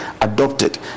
adopted